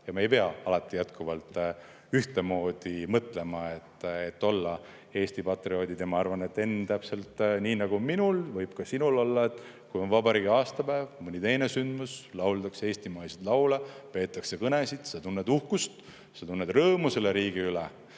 Me ei pea alati ühtemoodi mõtlema, selleks et olla Eesti patrioodid. Ma arvan, Henn, et täpselt nii nagu minul, võib ka sinul olla, et kui on vabariigi aastapäev või mõni teine sündmus, kui lauldakse eestimaiseid laule ja peetakse kõnesid, siis sa tunned uhkust, sa tunned rõõmu selle riigi üle